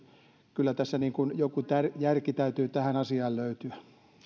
kyllä tässä joku järki täytyy tähän asiaan löytyä